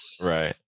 Right